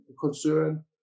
concern